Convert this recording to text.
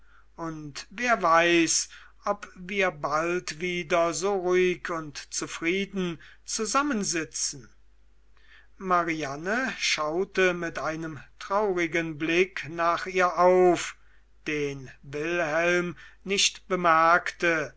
und wer weiß ob wir bald wieder so ruhig und zufrieden zusammensitzen mariane schaute mit einem traurigen blick nach ihr auf den wilhelm nicht bemerkte